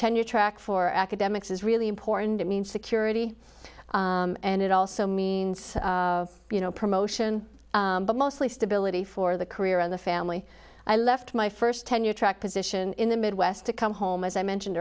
tenure track for academics is really important it means security and it also means you know promotion but mostly stability for the career of the family i left my first tenure track position in the midwest to come home as i mentioned